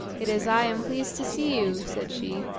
it is i am pleased to see you, said she.